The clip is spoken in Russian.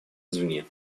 извне